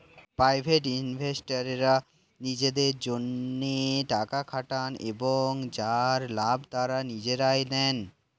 private ইনভেস্টররা নিজেদের জন্যে টাকা খাটান এবং যার লাভ তারা নিজেরাই নেন